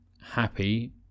happy